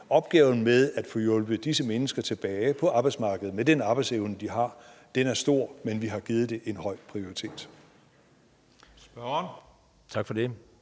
Opgaven med at få hjulpet disse mennesker tilbage på arbejdsmarkedet med den arbejdsevne, de har, er stor, men vi har givet det en høj prioritet.